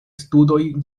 studoj